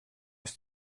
ist